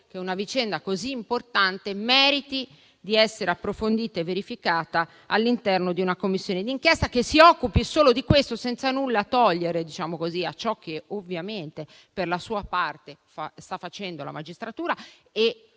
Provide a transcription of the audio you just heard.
che una vicenda così importante meriti di essere approfondita e verificata all'interno di una Commissione d'inchiesta, la quale si occupi solo di questo, senza nulla togliere a ciò che, ovviamente, per la sua parte, sta facendo la magistratura e